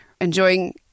enjoying